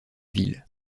ville